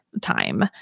time